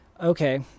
Okay